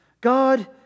God